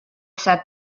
said